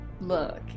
look